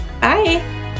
bye